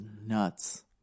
nuts